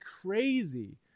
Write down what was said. crazy